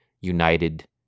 united